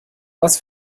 was